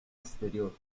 exterior